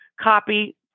copy